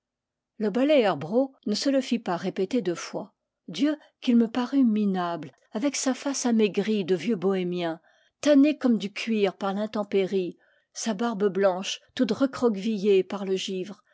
le balèer bro ne se le fit pas répéter deux fois dieu qu'il me parut minable avec sa face amaigrie de vieux bohémien tannée comme du cuir par l'intempérie sa barbe blanche toute recroquevillée par le givre